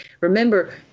Remember